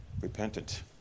repentant